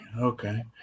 Okay